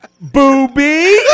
Booby